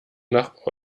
nach